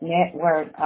Network